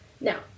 Now